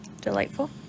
Delightful